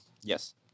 Yes